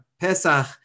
Pesach